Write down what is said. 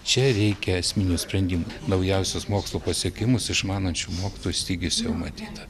čia reikia esminių sprendimų naujausius mokslo pasiekimus išmanančių mokytojų stygius jau matyta